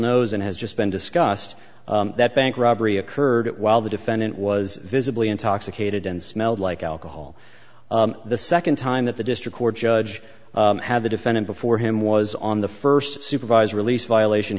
knows and has just been discussed that bank robbery occurred while the defendant was visibly intoxicated and smelled like alcohol the second time that the district court judge had the defendant before him was on the first supervised release violation